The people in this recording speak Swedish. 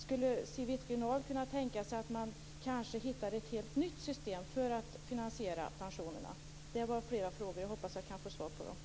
Skulle Siw Wittgren-Ahl kunna tänka sig att man kanske hittar ett helt nytt system för att finansiera pensionerna? Det blev flera frågor. Jag hoppas att jag kan få svar på dem.